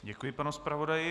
Děkuji panu zpravodaji.